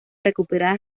recuperar